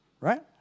right